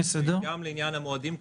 גם לעניין המועדים,